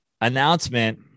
announcement